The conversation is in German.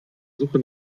suche